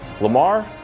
Lamar